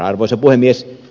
arvoisa puhemies